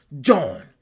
John